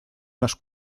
más